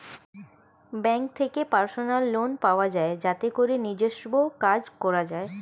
bank থেকে personal loan পাওয়া যায় যাতে করে নিজস্ব কাজ করা যায়